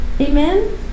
Amen